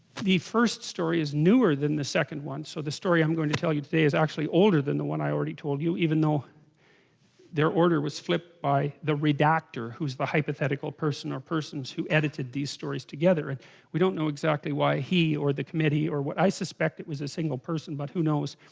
the first story is newer than the second one so the story i'm going to tell you today is actually older than the one already told you even though their order, was flipped by the redactor who's the hypothetical person or persons who edited these stories together, we don't know exactly? why, he or the committee or what i suspect it was a single person but who knows.